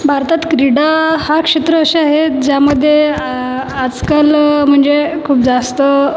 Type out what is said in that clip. भारतात क्रीडा हा क्षेत्र असे आहे ज्यामध्ये आजकाल म्हणजे खूप जास्त